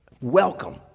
welcome